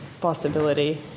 possibility